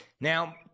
Now